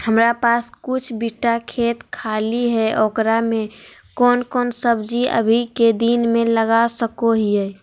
हमारा पास कुछ बिठा खेत खाली है ओकरा में कौन कौन सब्जी अभी के दिन में लगा सको हियय?